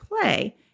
play